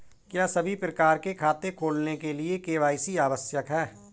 क्या सभी प्रकार के खाते खोलने के लिए के.वाई.सी आवश्यक है?